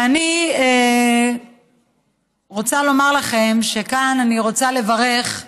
ואני רוצה לומר לכם שכאן אני רוצה לברך